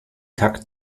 takt